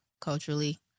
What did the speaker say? culturally